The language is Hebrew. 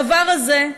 הדבר הזה,